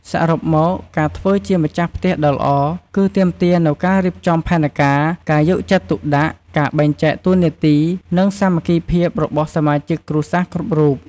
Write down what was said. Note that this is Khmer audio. សរុបមក ការធ្វើជាម្ចាស់ផ្ទះដ៏ល្អ គឺទាមទារនូវការរៀបចំផែនការ ការយកចិត្តទុកដាក់ ការបែងចែកតួនាទី និងសាមគ្គីភាពគ្នារបស់សមាជិកគ្រួសារគ្រប់រូប។